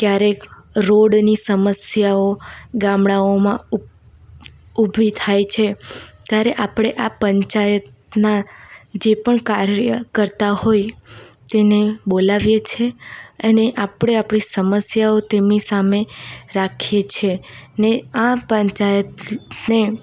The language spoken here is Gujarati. ક્યારેક રોડની સમસ્યાઓ ગામડાઓમાં ઉભી થાય છે ત્યારે આપણે આ પંચાયતનાં જે પણ કાર્ય કરતા હોય તેને બોલાવીએ છીએ અને આપણે આપણી સમસ્યાઓ તેમની સામે રાખીએ છીએ ને આ પંચાયતને